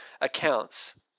accounts